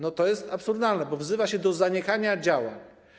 No to jest absurdalne, bo wzywa się do zaniechania działań.